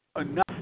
enough